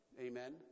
Amen